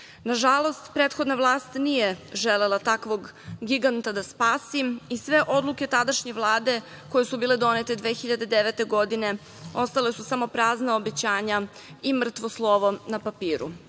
Nažalost, prethodna vlast nije želela takvog giganta da spasi i sve odluke tadašnje Vlade koje su bile donete 2009. godine ostala su samo prazna obećanja i mrtvo slovo na papiru.